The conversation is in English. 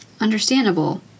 Understandable